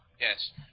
Yes